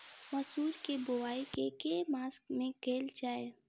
मसूर केँ बोवाई केँ के मास मे कैल जाए?